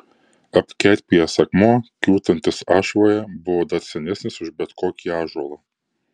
apkerpėjęs akmuo kiūtantis ašvoje buvo dar senesnis už bet kokį ąžuolą